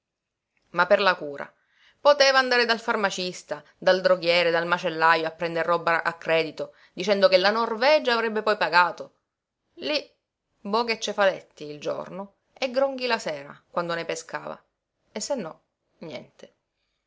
ma per la cura poteva andare dal farmacista dal droghiere dal macellajo a prender roba a credito dicendo che la norvegia avrebbe poi pagato lí boghe e cefaletti il giorno e gronghi la sera quando ne pescava e se no niente